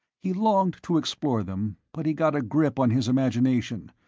he longed to explore them, but he got a grip on his imagination,